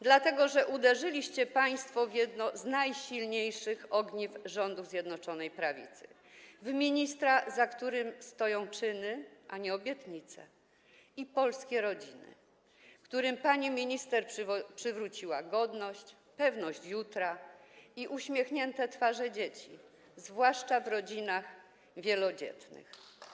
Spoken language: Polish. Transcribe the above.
Dlatego że uderzyliście państwo w jedno z najsilniejszych ogniw rządu Zjednoczonej Prawicy: w ministra, za którym stoją czyny, a nie obietnice, i polskie rodziny, którym pani minister przywróciła godność i pewność jutra, i uśmiechnięte twarze dzieci, zwłaszcza w rodzinach wielodzietnych.